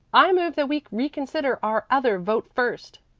i move that we reconsider our other vote first.